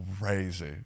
crazy